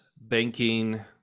banking